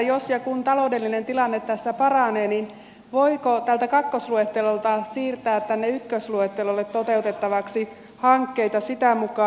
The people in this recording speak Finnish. jos ja kun taloudellinen tilanne tässä paranee voiko tältä kakkosluettelolta siirtää tänne ykkösluettelolle toteutettavaksi hankkeita sitä mukaa